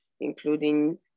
including